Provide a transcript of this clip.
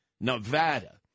Nevada